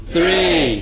Three